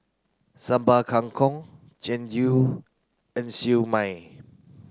Sambal Kangkong Jian Dui and Siew Mai